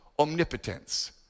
omnipotence